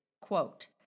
quote